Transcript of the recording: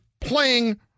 playing